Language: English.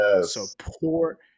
Support